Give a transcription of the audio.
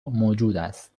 موجوداست